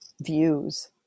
views